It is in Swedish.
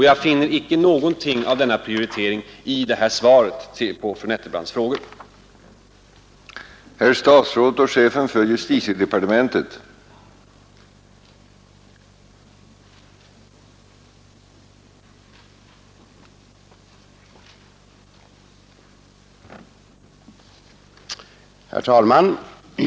Jag finner icke någonting av en sådan prioritering i det svar som fru Nettelbrandt fick på sin interpellation.